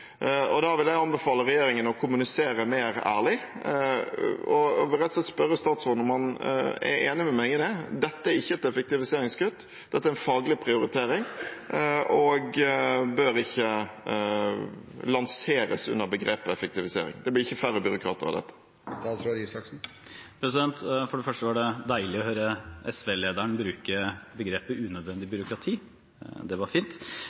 vil anbefale regjeringen å kommunisere mer ærlig, og jeg vil rett og slett spørre statsråden om han er enig med meg i dette: Dette er ikke et effektiviseringskutt, dette er en faglig prioritering og bør ikke lanseres under begrepet «effektivisering». Det blir ikke færre byråkrater av dette. For det første var det deilig å høre SV-lederen bruke begrepet «unødvendig byråkrati». Det var fint.